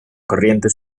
corriente